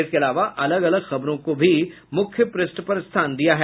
इसके अलावा अलग अलग खबरों को भी मुख्य पृष्ठ पर स्थान दिया है